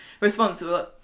responsible